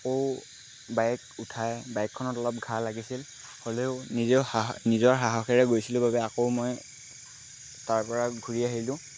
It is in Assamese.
আকৌ বাইক উঠাই বাইকখনত অলপ ঘা লাগিছিল হ'লেও নিজেও সাহস নিজৰ সাহসেৰে গৈছিলোঁ বাবে আকৌ মই তাৰপৰা ঘূৰি আহিলোঁ